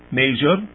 major